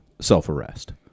self-arrest